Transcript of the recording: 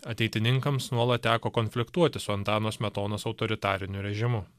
ateitininkams nuolat teko konfliktuoti su antano smetonos autoritariniu režimu